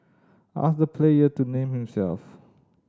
ask the player to name himself